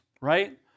right